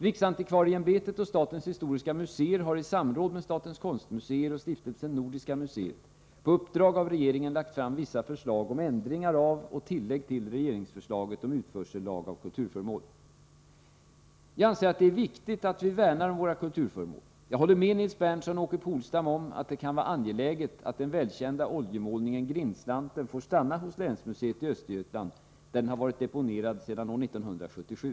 Riksantikvarieämbetet och statens historiska museer har i samråd med statens konstmuseer och Stiftelsen Nordiska museet på uppdrag av regeringen lagt fram vissa förslag om ändringar av och tillägg till regeringsförslaget om utförsellag när det gäller kulturföremål. Jag anser att det är viktigt att vi värnar om våra kulturföremål. Jag håller med Nils Berndtson och Åke Polstam om att det kan vara angeläget att den välkända oljemålningen Grindslanten får stanna hos länsmuseet i Östergötland, där den har varit deponerad sedan år 1977.